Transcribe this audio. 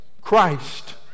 Christ